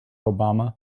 obama